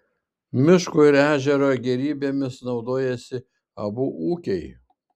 miško ir ežero gėrybėmis naudojosi abu ūkiai